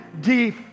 deep